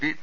P T